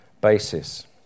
basis